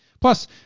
plus